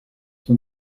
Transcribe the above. sont